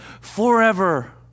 forever